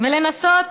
ולנסות